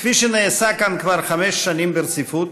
כפי שנעשה כאן כבר חמש שנים ברציפות,